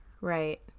Right